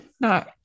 No